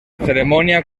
ceremonia